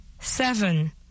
seven